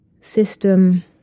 system